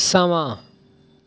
समां